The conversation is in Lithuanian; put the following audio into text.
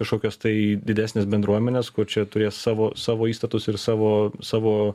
kažkokios tai didesnės bendruomenės kur čia turės savo savo įstatus ir savo savo